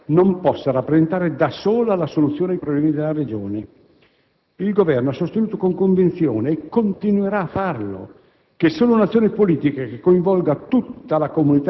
e sono convinto che la presenza militare non possa rappresentare, da sola, la soluzione ai problemi della Regione. Il Governo ha sostenuto con convinzione - e continuerà a farlo